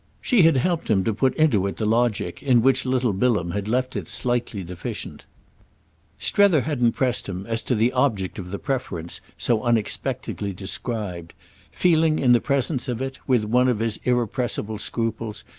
she had helped him to put into it the logic in which little bilham had left it slightly deficient strether hadn't pressed him as to the object of the preference so unexpectedly described feeling in the presence of it, with one of his irrepressible scruples,